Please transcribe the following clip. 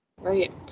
Right